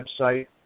website